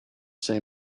say